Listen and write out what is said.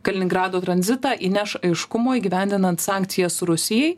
kaliningrado tranzitą įneš aiškumo įgyvendinant sankcijas rusijai